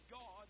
God